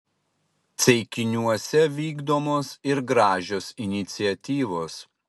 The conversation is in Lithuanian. ceikiniuose vykdomos ir gražios iniciatyvos